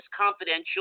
confidential